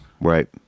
right